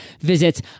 visit